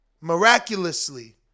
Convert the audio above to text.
miraculously